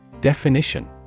Definition